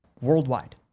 Worldwide